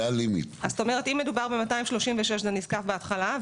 זאת אומרת, אם מדובר ב-236 שקלים, זה נזקף בהתחלה.